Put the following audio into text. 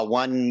one